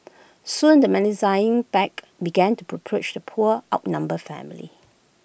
soon the menacing pack began to the poor outnumbered family